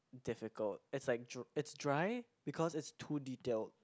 difficult is like dr~ is dry because is too detailed